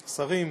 שרים,